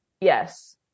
Yes